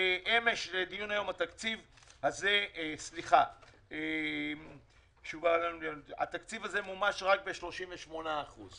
התקציב הזה מומש רק ב-38%.